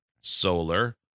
solar